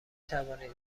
توانید